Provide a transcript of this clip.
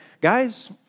guys